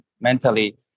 mentally